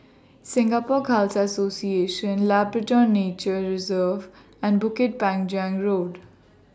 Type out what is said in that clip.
Singapore Khalsa Association Labrador Nature Reserve and Bukit Panjang Road